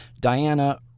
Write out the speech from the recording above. Diana